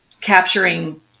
capturing